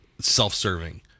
self-serving